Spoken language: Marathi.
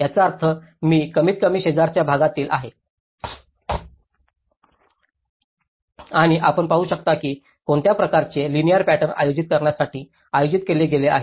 याचा अर्थ मी कमीत कमी शेजारच्या भागातील आहे आणि आपण पाहू शकता की कोणत्या प्रकारचे लिनिअर पॅटर्न आयोजित करण्यासाठी आयोजित केले गेले आहे